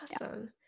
Awesome